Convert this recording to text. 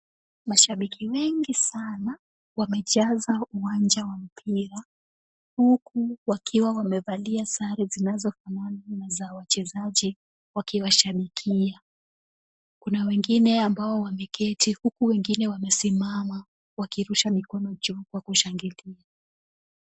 Mashabiki wengi sana wamejaza uwanja wa mpira huku wakiwa wamevalia sare zinazofanana na za wachezaji wakiwashabikia. Kuna wengine ambao wameketi huku wengine wamesimama wakirusha mikono juu kwa kushangilia.